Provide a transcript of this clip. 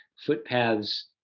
footpaths